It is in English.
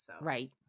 Right